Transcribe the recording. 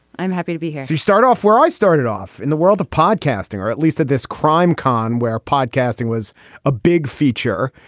i'm happy to be here. you start off where i started off in the world of podcasting or at least at this crime con where podcasting was a big feature.